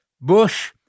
Bush